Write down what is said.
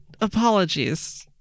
apologies